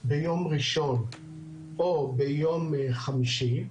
ביום ראשון או ביום חמישי,